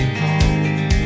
home